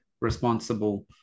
responsible